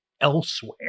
elsewhere